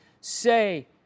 say